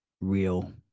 real